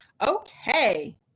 Okay